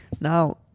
Now